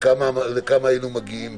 לכמה בערך היינו מגיעים?